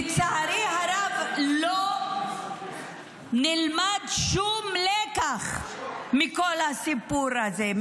לצערי הרב, לא נלמד שום לקח מכל הסיפור הזה.